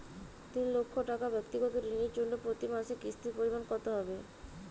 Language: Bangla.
তিন লক্ষ টাকা ব্যাক্তিগত ঋণের জন্য প্রতি মাসে কিস্তির পরিমাণ কত হবে?